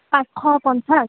পাঁচশ পঞ্চাছ